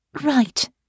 Right